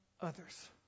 others